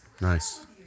Nice